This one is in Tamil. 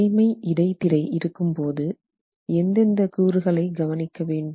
வளைமை இடைத்திரை இருக்கும்போது எந்தெந்த கூறுகளை கவனிக்க வேண்டும்